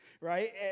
Right